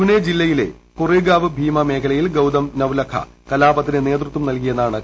പൂനെ ജില്ലയിലെ കൊറിഗാവ് ഭീമ മേഖലിയിൽ ്ഗൌതം നവ്ലഖ കലാപത്തിന് നേതൃത്വം നൽകിയെന്നാണ് കേസ്